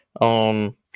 on